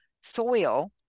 soil